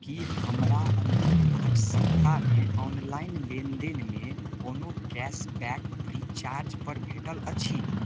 की हमरा अन्तिम आठ सप्ताहमे ऑनलाइन लेनदेनमे कोनो कैशबैक फ्रीचार्ज पर भेटल अछि